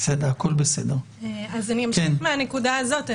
אני אמשיך מהנקודה הזאת.